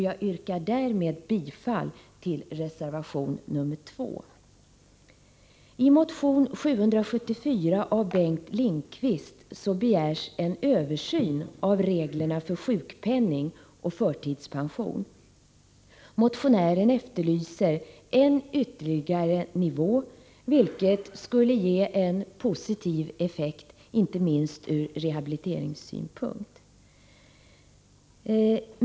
Jag yrkar därmed bifall till reservation nr 4. I motion 774 av Bengt Lindqvist begärs en översyn av reglerna för sjukpenning och förtidspension. Motionären efterlyser en ytterligare nivå, vilket skulle ge en positiv effekt inte minst ur rehabiliteringssynpunkt.